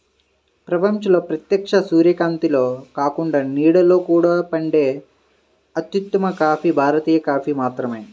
ప్రపంచంలో ప్రత్యక్ష సూర్యకాంతిలో కాకుండా నీడలో కూడా పండే అత్యుత్తమ కాఫీ భారతీయ కాఫీ మాత్రమే